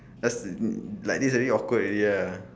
just like this already awkward already ah